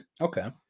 Okay